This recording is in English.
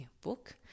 book